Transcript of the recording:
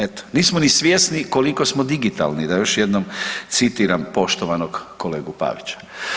Eto, nismo ni svjesni koliko smo digitalni da još jednom citiram poštovanog kolegu Pavića.